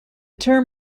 term